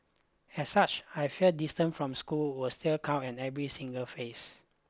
as such I feel distance from school was still count at every single phase